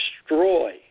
destroy